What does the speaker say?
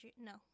No